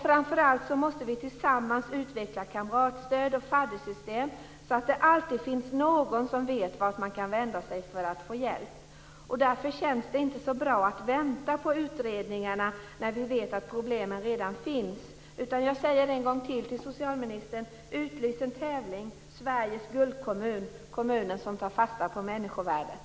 Framför allt måste vi tillsammans utveckla kamratstöd och faddersystem så att det alltid finns någon som man kan vända sig till för att få hjälp. Därför känns det inte så bra att vänta på utredningarna, när vi vet att problemen redan finns. Jag säger än en gång till socialministern: Utlys en tävling om Sveriges guldkommun, kommunen som tar fasta på människovärdet.